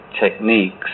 techniques